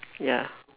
ya